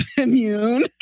immune